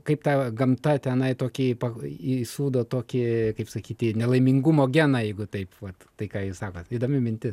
kaip ta gamta tenai tokį pa įsūdo tokį kaip sakyt nelaimingumo geną jeigu taip vat tai ką jūs sakot įdomi mintis